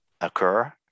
occur